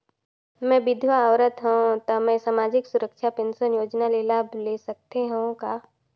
मैं विधवा औरत हवं त मै समाजिक सुरक्षा पेंशन योजना ले लाभ ले सकथे हव का?